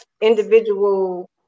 individual